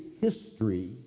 history